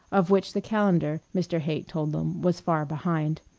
of which the calendar, mr. haight told them, was far behind.